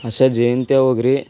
अशा जयंत्या वगैरे